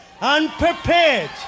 unprepared